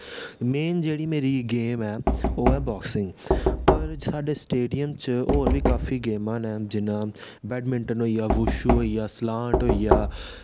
मैं जेह्ड़ी मेरी गेम ऐ ओह् ऐ बॉगसिंग पर साढ़े स्टेडियम च होर बी काफी गेमां न जि'यां बैडमिंटन होई गेआ वुशु होई गेआ सलांट होई गेआ